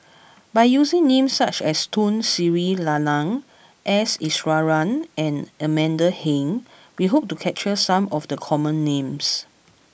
by using names such as Tun Sri Lanang S Iswaran and Amanda Heng we hope to capture some of the common names